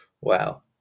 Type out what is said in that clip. wow